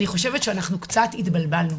אני חושבת שאנחנו קצת התבלבלנו.